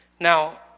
Now